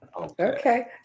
Okay